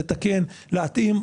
לתקן או להתאים,